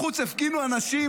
בחוץ הפגינו אנשים,